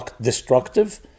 destructive